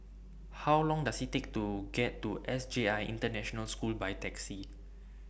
How Long Does IT Take to get to S J I International School By Taxi